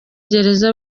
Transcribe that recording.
gereza